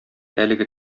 әлеге